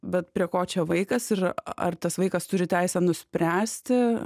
bet prie ko čia vaikas ir ar tas vaikas turi teisę nuspręsti